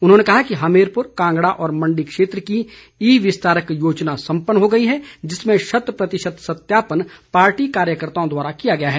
उन्होंने कहा कि हमीरपुर कांगड़ा और मण्डी क्षेत्र की ई विस्तारक योजना सम्पन्न हो गई है जिसमें शत प्रतिशत सत्यापन पार्टी कार्यकर्ताओं द्वारा किया गया है